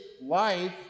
life